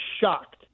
shocked